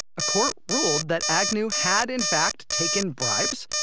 a court ruled that agnew had, in fact, taken bribes,